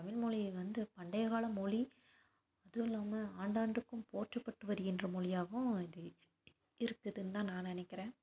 தமிழ்மொழியை வந்து பண்டையகால மொழி அதுவும் இல்லாமல் ஆண்டாண்டுக்கும் போற்றப்பட்டு வருகின்ற மொழியாகவும் இது இருக்குதுன் தான் நான் நினைக்கிறேன்